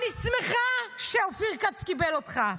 אני שמחה שאופיר כץ קיבל אותך.